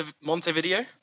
Montevideo